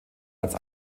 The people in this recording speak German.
als